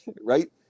Right